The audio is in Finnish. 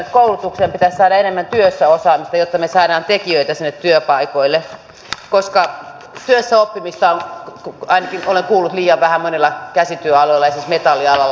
nyt koulutukseen pitäisi saada enemmän työssäoppimista jotta me saamme tekijöitä sinne työpaikoille koska työssäoppimista on ainakin olen kuullut liian vähän monilla käsityöaloilla esimerkiksi metallialalla